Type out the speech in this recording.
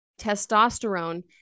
Testosterone